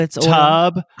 tub